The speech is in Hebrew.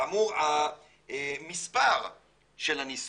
כאמור, המספר של הניסויים,